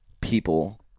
people